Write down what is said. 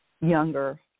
younger